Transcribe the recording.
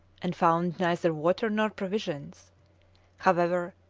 and found neither water nor provisions however,